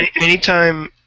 Anytime